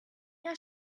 jahr